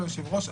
היושב-ראש.